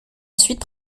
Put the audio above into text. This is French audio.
ensuite